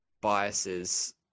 biases